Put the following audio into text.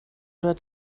oder